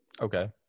Okay